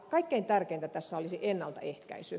kaikkein tärkeintä tässä olisi ennaltaehkäisy